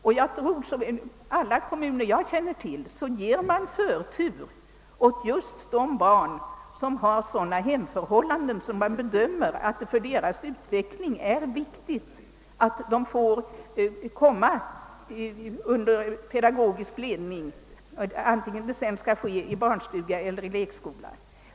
I alla de kommuner jag känner till ges förtur åt just de barn som har sådana hemförhållanden att det för deras utveckling bedöms vara viktigt att komma under pedagogisk ledning — barnstuga eller lekskola.